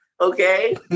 Okay